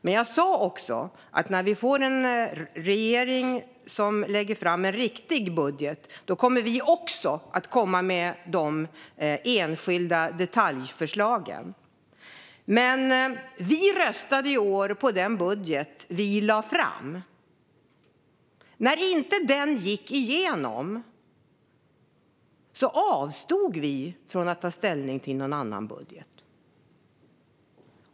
Men jag sa också att vi, när vi får en regering som lägger fram en riktig budget, också kommer att komma med de enskilda detaljförslagen. Vi röstade i år på den budget vi lagt fram. När den inte gick igenom avstod vi från att ta ställning till någon annan budget.